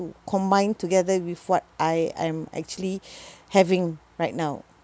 to combine together with what I am actually having right now